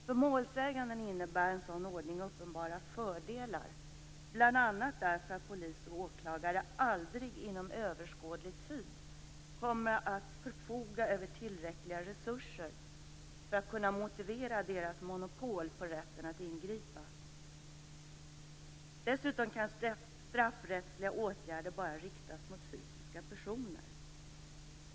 För målsäganden innebär en sådan ordning uppenbara fördelar, bl.a. därför att polis och åklagare aldrig inom överskådlig tid kommer att förfoga över tillräckliga resurser för att kunna motivera deras monopol på rätten att ingripa. Dessutom kan straffrättsliga åtgärder bara riktas mot fysiska personer.